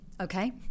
Okay